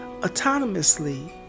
autonomously